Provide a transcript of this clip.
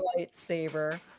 lightsaber